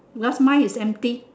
cause mine is empty